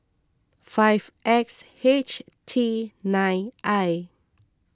five X H T nine I